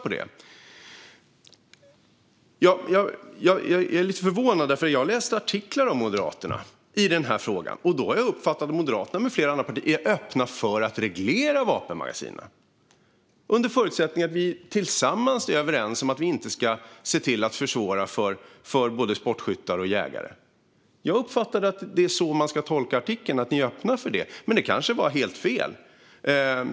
Jag är lite förvånad, för jag har läst en artikel om Moderaterna i denna fråga. Jag har uppfattat det som att Moderaterna är öppna för att reglera vapenmagasinen, under förutsättning att vi tillsammans är överens om att vi inte ska försvåra för sportskyttar och jägare. Jag har uppfattat att det är så man ska tolka artikeln, Sten Bergheden: att ni är öppna för det. Men det är kanske helt fel.